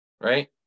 Right